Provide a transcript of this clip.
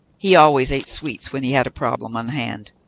he always ate sweets when he had a problem on hand.